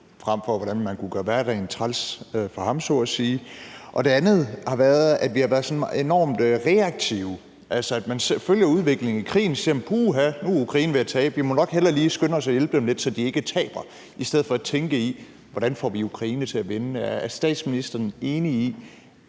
frem for hvordan man kunne gøre hverdagen træls for ham så at sige, dels har været enormt reaktive. Altså, man følger udviklingen i krigen, og så siger man, puha, at nu er Ukraine ved at tabe krigen, og så vi må nok hellere skynde os med at hjælpe dem lidt, så de ikke taber, i stedet for at tænke i, hvordan vi får Ukraine til at vinde krigen. Er statsministeren enig i,